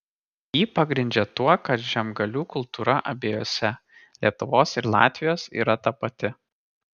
jį pagrindžia tuo kad žemgalių kultūra abiejose lietuvos ir latvijos yra tapati